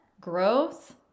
growth